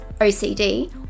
OCD